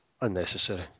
Unnecessary